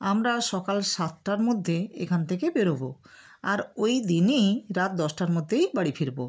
আমরা সকাল সাতটার মধ্যে এখান থেকে বেরব আর ওই দিনই রাত দশটার মধ্যেই বাড়ি ফিরব